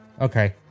Okay